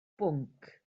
bwnc